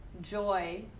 joy